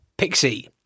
Pixie